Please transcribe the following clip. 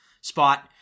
spot